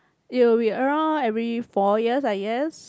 it will be around every four years I guess